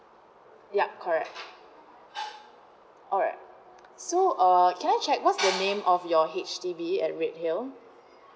ya correct alright so err can I check what's the name of your H_D_B at redhill